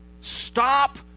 Stop